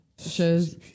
shows